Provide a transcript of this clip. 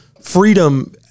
freedom